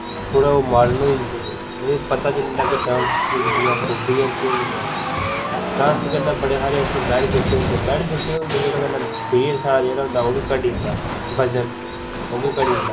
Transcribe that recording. थोह्ड़ा ओह् मॉर्डन होई जंदे थोह्ड़ा उ'नेंगी पता चली जंदा कि एह् डांस दी खूबियां 'केह् होंदियां डांस करने दे असेंगी बड़े सारे बेनीफिट होंदे की ओह्दे कन्नै वेट साढ़ा जेह्ड़ा होंदा ओह्बी घटी जंदा वज़न ओह्बी घटी जंदा